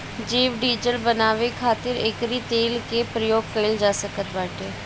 जैव डीजल बानवे खातिर एकरी तेल के प्रयोग कइल जा सकत बाटे